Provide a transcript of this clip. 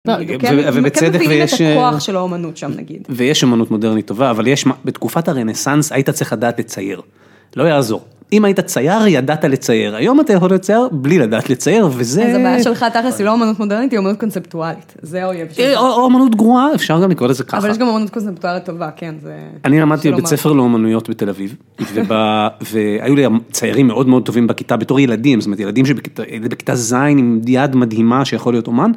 ויש אומנות מודרנית טובה, אבל בתקופת הרנסנס היית צריך לדעת לצייר, לא יעזור, אם היית צייר ידעת לצייר, היום אתה יכול לצייר בלי לדעת לצייר. זה בעיה שלך, תכל'ס לא אמנות מודרנית היא אמנות קונספטואלית. אמנות גרועה אפשר גם לקרוא לזה ככה, אני למדתי בית ספר לאומנויות בתל אביב, והיו לי ציירים מאוד טובים בכיתה בתור ילדים, זאת אומרת ילדים בכיתה ז' עם יד מדהימה שיכול להיות אומן,